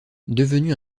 devenue